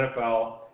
NFL